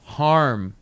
harm